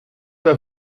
pas